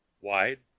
wide